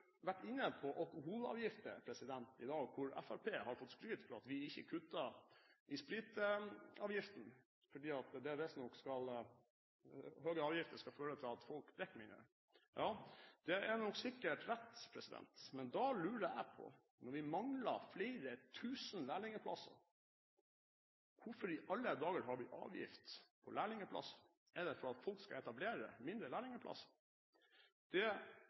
vært inne på alkoholavgifter i dag, hvor Fremskrittspartiet har fått skryt fordi vi ikke kutter i spritavgiftene, fordi høye avgifter visstnok skal føre til at folk drikker mindre. Ja, det er nok sikkert rett. Men da lurer jeg på: Når vi mangler flere tusen lærlingplasser, hvorfor i alle dager har vi avgift på lærlingplasser? Er det for at folk skal etablere